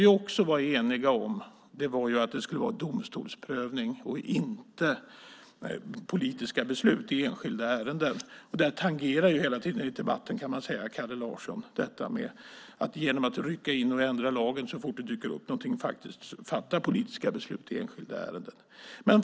Vi var också eniga om att det skulle vara domstolsprövning och inte politiska beslut i enskilda ärenden. Kalle Larsson tangerar hela tiden detta i debatten. Det handlar om att rycka in och ändra lagen så fort det dyker upp någonting och att faktiskt fatta politiska beslut i enskilda ärenden.